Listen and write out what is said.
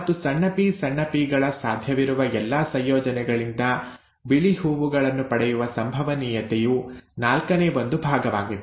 ಮತ್ತು ಸಣ್ಣ ಪಿ ಸಣ್ಣ ಪಿ ಗಳ ಸಾಧ್ಯವಿರುವ ಎಲ್ಲಾ ಸಂಯೋಜನೆಗಳಿಂದ ಬಿಳಿ ಹೂವುಗಳನ್ನು ಪಡೆಯುವ ಸಂಭವನೀಯತೆಯು ನಾಲ್ಕನೇ ಒಂದು ಭಾಗವಾಗಿತ್ತು